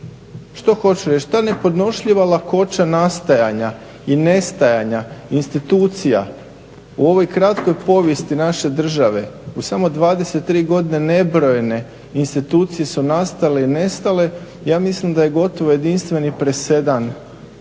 Što hoću reći? Ta nepodnošljiva lakoća nastajanja i nestajanja institucija u ovoj kratkoj povijesti naše države u samo 23 godine nebrojene institucije su nastale i nestale. Ja mislim da je gotovo jedinstveni presedan,